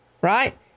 right